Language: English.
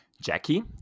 Jackie